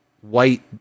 white